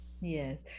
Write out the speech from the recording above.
Yes